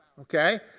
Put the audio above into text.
okay